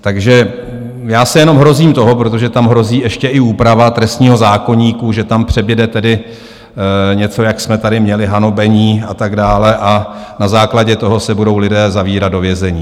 Takže já se jenom hrozím toho, protože tam hrozí ještě i úprava trestního zákoníku, že tam přibude něco, jako jsme tady měli hanobení a tak dále a na základě toho se budou lidé zavírat do vězení.